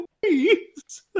please